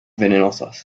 venenosas